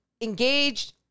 engaged